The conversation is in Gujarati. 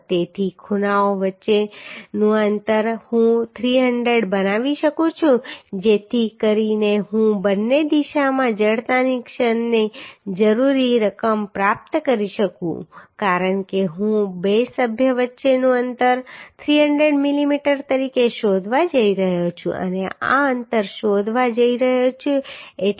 તેથી ખૂણાઓ વચ્ચેનું અંતર હું 300 બનાવી શકું છું જેથી કરીને હું બંને દિશામાં જડતાની ક્ષણની જરૂરી રકમ પ્રાપ્ત કરી શકું કારણ કે હું બે સભ્યો વચ્ચેનું અંતર 300 mm તરીકે શોધવા જઈ રહ્યો છું અને આ અંતર હું શોધવા જઈ રહ્યો છું